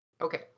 Okay